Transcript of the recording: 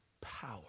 power